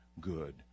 good